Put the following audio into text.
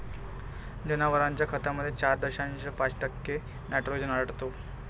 जनावरांच्या खतामध्ये चार दशांश पाच टक्के नायट्रोजन आढळतो